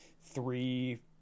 Three